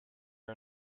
are